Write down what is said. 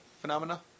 Phenomena